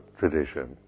tradition